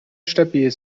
stabil